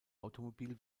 automobil